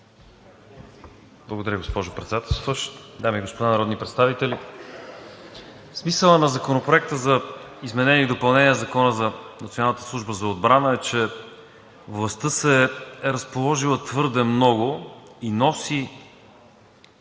Благодаря, госпожо Председателстващ. Дами и господа народни представители! Смисълът на Законопроекта за изменение и допълнение на Закона за Националната служба за охрана е, че властта се е разположила твърде много и носи